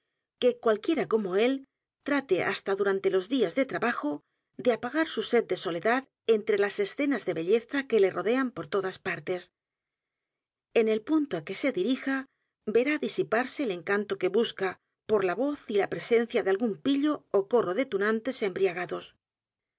que cualquiera como él trate hasta durante los días de trabajo de a p a g a r su sed de soledad entre las escenas de belleza que le rodean por todas partes en el punto á que se dirija verá disiparse el encanto que busca por la voz y la presencia de algún pillo ó corro de tunantes embriagados